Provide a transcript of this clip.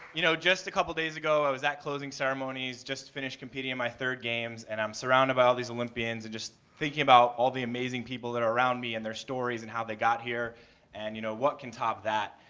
you know, just a couple of days ago i was at the closing ceremonies, just finished competing in my third game and i'm surrounded by all these olympians and just thinking about all the amazing people that are around me and their stories and how they got here and, you know, what can top that?